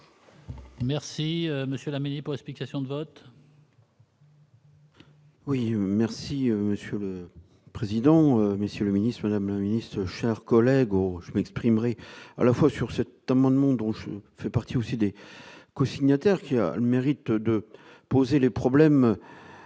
Merci monsieur Lamy pour explication de vote. Oui merci monsieur le président, Monsieur le Ministre, jamais ministre, chers collègues, au je m'exprimerai à la fois sur cet homme dans le monde, dont je fais partie aussi des cosignataires qui a le mérite de poser les problèmes